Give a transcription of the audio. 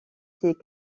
ces